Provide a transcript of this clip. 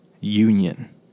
union